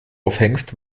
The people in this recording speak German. aufhängst